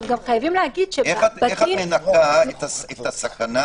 חייבים להגיד --- איך את מנקה את הסכנה